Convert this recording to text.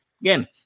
again